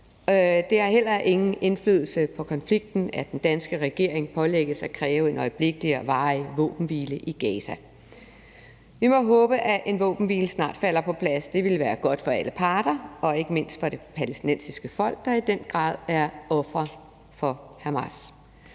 Det har heller ingen indflydelse på konflikten, at den danske regering pålægges at kræve en øjeblikkelig og varig våbenhvile i Gaza. Vi må håbe, at en våbenhvile snart falder på plads. Det ville være godt for alle parter og ikke mindst for det palæstinensiske folk, der i den grad er offer for Hamas.